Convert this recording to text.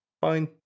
fine